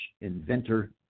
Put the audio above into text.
Inventor